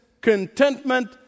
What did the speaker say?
contentment